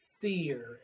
fear